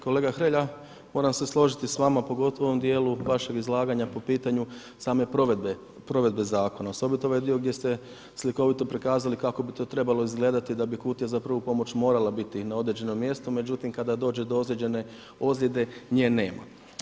Kolega Hrelja, moram se složiti s vama, pogotovo u ovom dijelu vašeg izlaganja po pitanju same provedbe zakona, osobito ovaj dio gdje ste slikovito prikazali, kako bi to trebalo izgledati, da bi kutija za prvu pomoć, morala biti na određenom mjestu, međutim, kada dođe do određene je nema.